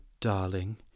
darling